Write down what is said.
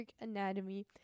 anatomy